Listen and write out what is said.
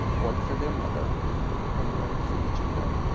one for their mother and one for each of them.